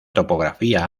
topografía